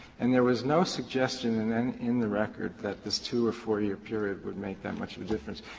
and there was no suggestion and then in the record that this two or four year period would make that much of a difference.